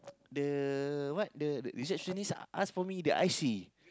the what the receptionist ask from me the I_C